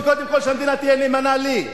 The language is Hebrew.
שקודם כול המדינה תהיה נאמנה לי,